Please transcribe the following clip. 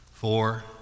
Four